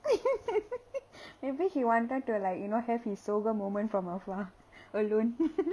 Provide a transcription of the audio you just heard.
maybe he wanted to like you know have his silver moment from afar alone